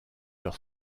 leur